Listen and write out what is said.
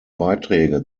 beiträge